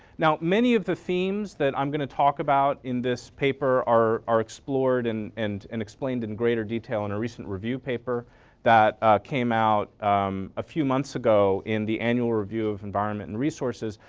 now many of the themes that i'm going to talk about in this paper are are explored and and and explained in greater detail in a recent review paper that came out a few months ago in the annual review of environment and resources.